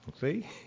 See